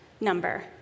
number